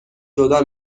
جدا